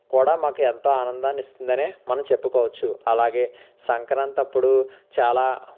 కూడా మాకు ఎంతో ఆనందాన్ని ఇస్తుందనే మనం చెప్పుకోవచ్చు అలాగే సంక్రాంతప్పుడు చాలా